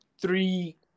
three